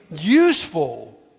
useful